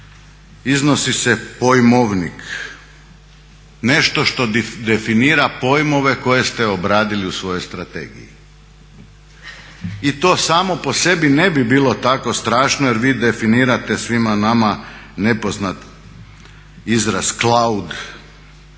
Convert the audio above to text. iznosi se pojmovnik, nešto što definira pojmove koje ste obradili u svojoj strategiji. I to samo po sebi ne bi bilo tako strašno jer vi definirate svima nama nepoznat izraz claud,